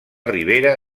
ribera